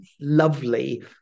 lovely